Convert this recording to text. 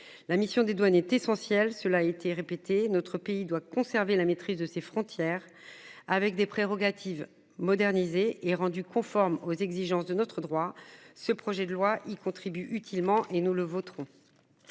La mission des douanes est essentiel. Cela a été répété, notre pays doit conserver la maîtrise de ses frontières avec des prérogatives modernisés et rendus conformes aux exigences de notre droit. Ce projet de loi, ils contribuent utilement et nous le voterons.